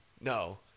No